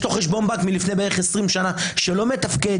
ויש לו חשבון בנק מלפני 20 שנה שלא מתפקד